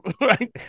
right